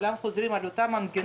המנגינה חוזרת על עצמה.